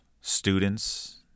students